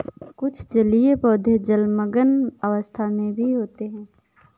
कुछ जलीय पौधे जलमग्न अवस्था में भी होते हैं